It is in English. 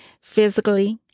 physically